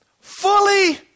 Fully